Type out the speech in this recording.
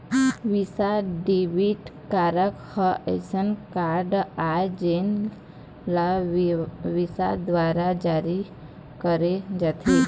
Visa debit card ह असइन card आय जेन ल विसा दुवारा जारी करे जाथे